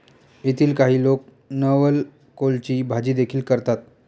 येथील काही लोक नवलकोलची भाजीदेखील करतात